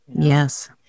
Yes